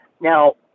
Now